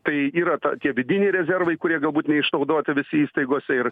tai yra ta tie vidiniai rezervai kurie galbūt neišnaudoti visi įstaigose ir